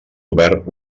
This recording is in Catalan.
obert